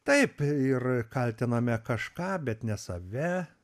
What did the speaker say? taip ir kaltiname kažką bet ne save